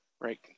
Right